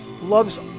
loves